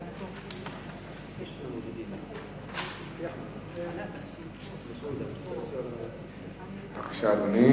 אנחנו הושטנו ומושיטים יד לשלום לפלסטינים,